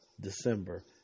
december